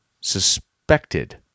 suspected